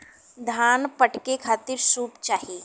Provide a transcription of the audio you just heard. धान फटके खातिर सूप चाही